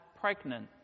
pregnant